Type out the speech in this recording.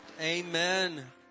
amen